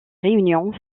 réunions